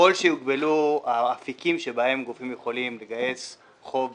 ככל שיוגבלו האפיקים שבהם גופים יכולים לגייס חוק בשוק,